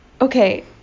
okay